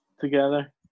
together